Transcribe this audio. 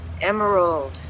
emerald